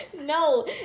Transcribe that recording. no